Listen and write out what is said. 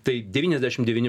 tai devyniasdešim devyni